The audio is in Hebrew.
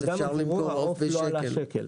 אבל גם עבורו העוף לא עלה שקל.